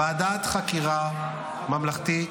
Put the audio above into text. ועדת חקירה ממלכתית